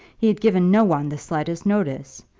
he had given no one the slightest notice.